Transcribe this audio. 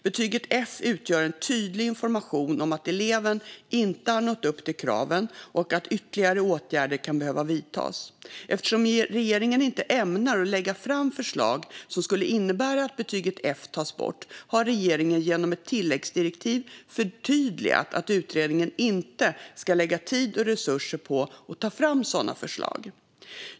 Betyget F utgör en tydlig information om att eleven inte har nått upp till kraven och att ytterligare åtgärder kan behöva vidtas. Eftersom regeringen inte ämnar lägga fram förslag som skulle innebära att betyget F tas bort har regeringen genom ett tilläggsdirektiv förtydligat att utredningen inte ska lägga tid och resurser på att ta fram sådana förslag.